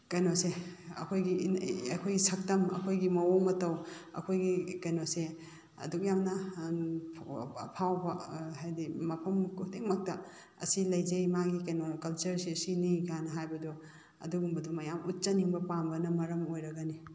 ꯀꯩꯅꯣꯁꯦ ꯑꯩꯈꯣꯏꯒꯤ ꯑꯩꯈꯣꯏꯒꯤ ꯁꯛꯇꯝ ꯑꯩꯈꯣꯏꯒꯤ ꯃꯑꯣꯡ ꯃꯇꯧ ꯑꯩꯈꯣꯏꯒꯤ ꯀꯩꯅꯣꯁꯦ ꯑꯗꯨꯛ ꯌꯥꯝꯅ ꯑꯐꯥꯎꯕ ꯍꯥꯏꯗꯤ ꯃꯐꯝ ꯈꯨꯗꯤꯡꯃꯛꯇ ꯑꯁꯤ ꯂꯩꯖꯩ ꯃꯥꯒꯤ ꯀꯩꯅꯣ ꯀꯜꯆꯔꯁꯦ ꯁꯤꯅꯤ ꯀꯥꯏꯅ ꯍꯥꯏꯕꯗꯣ ꯑꯗꯨꯒꯨꯝꯕꯗꯣ ꯃꯌꯥꯝ ꯎꯠꯆꯅꯤꯡꯕ ꯄꯥꯝꯕꯅ ꯃꯔꯝ ꯑꯣꯏꯔꯒꯅꯤ